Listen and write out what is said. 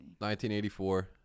1984